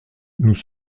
nous